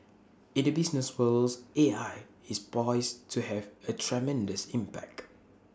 in the business worlds A I is poised to have A tremendous impact